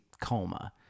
coma